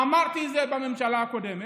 אמרתי זה בממשלה הקודמת,